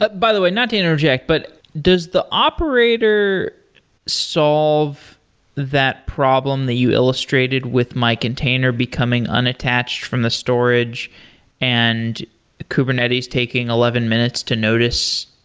but by the way, not to not interject, but does the operator solve that problem that you illustrated with my container becoming unattached from the storage and kubernetes taking eleven minutes to notice.